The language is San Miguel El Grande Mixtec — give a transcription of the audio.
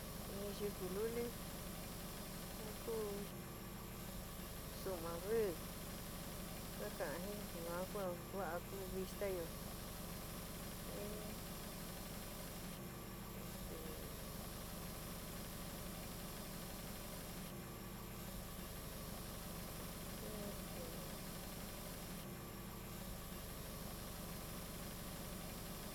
In yuku luli ja ku suuma rri ka kaan jin yua ku a vaa ku vistayoo jin este jin este <se fue la idea>.